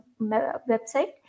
website